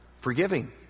Forgiving